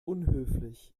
unhöflich